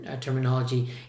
terminology